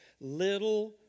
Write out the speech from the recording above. little